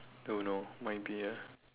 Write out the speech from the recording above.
don't know might be ah